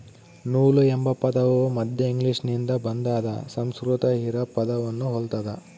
ನೂಲು ಎಂಬ ಪದವು ಮಧ್ಯ ಇಂಗ್ಲಿಷ್ನಿಂದ ಬಂದಾದ ಸಂಸ್ಕೃತ ಹಿರಾ ಪದವನ್ನು ಹೊಲ್ತದ